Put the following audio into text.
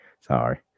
Sorry